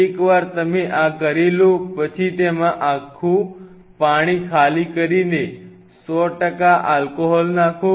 એકવાર તમે આ કરી લો પછી તેમાં આખું પાણી ખાલી કરીને 100 આલ્કોહોલ નાખો